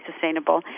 sustainable